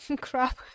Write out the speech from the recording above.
crap